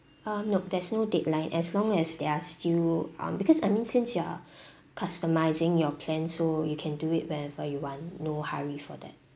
uh nope there's no deadline as long as they're still um because I mean since you are customizing your plan so you can do it wherever you want no hurry for that